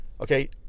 Okay